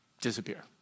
disappear